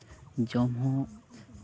ᱡᱚᱢ ᱦᱚᱸ